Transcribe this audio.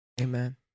Amen